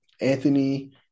Anthony